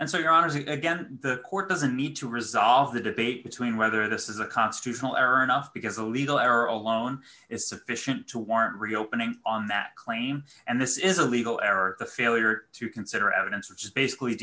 and so your honesty again the court doesn't need to resolve the debate between whether this is a constitutional error enough because a legal error alone is sufficient to warrant reopening on that claim and this is a legal error the failure to consider evidence which is basically